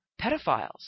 pedophiles